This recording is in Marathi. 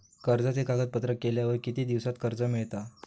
कर्जाचे कागदपत्र केल्यावर किती दिवसात कर्ज मिळता?